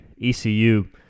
ECU